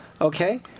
Okay